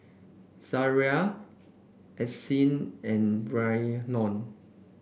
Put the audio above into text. Zariah Ardyce and Reynold